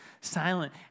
silent